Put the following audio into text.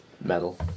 metal